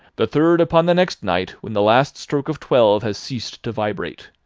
the third upon the next night when the last stroke of twelve has ceased to vibrate.